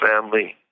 family